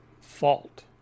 fault